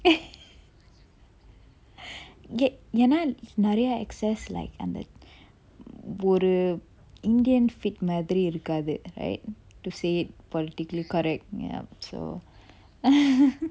ஏன்னா நெறைய:eanna neraya X_S like அந்த ஒரு:antha oru indian fit மாதிரி இருக்காது:madiri irukkathu right to say politically correct yup so